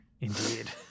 Indeed